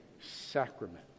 sacrament